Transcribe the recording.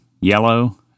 yellow